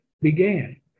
began